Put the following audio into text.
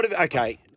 Okay